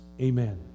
amen